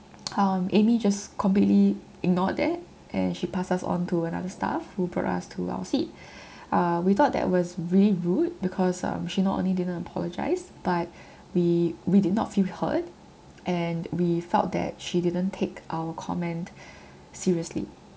um amy just completely ignored that and she passed us on to another staff who brought us to our seat uh we thought that was really rude because um she not only didn't apologise but we we did not feel heard and we felt that she didn't take our comment seriously